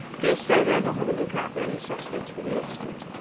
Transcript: police say they are not on the look-out for any suspects for the incident.